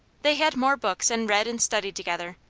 they had more books and read and studied together,